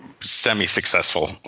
semi-successful